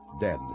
dead